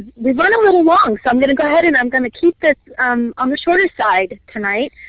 we run a little long so i'm going to go ahead and i'm going to keep this um on the shorter side tonight.